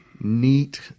neat